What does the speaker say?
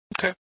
Okay